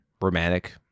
Romantic